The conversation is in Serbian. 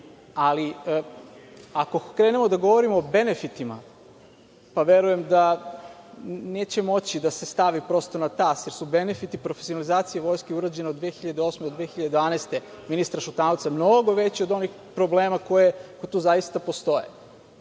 ali ako krenemo da govorimo o benefitima, verujem da neće moći da se stavi na tas, jer su benefiti profesionalizacije Vojske, urađene od 2008. do 2012. godine, ministra Šutanovca mnogo veći od onih problema koji zaista postoje. Upravo